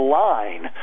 line